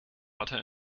butter